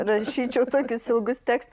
rašyčiau tokius ilgus tekstus